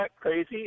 crazy